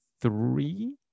three